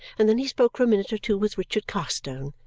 and then he spoke for a minute or two with richard carstone,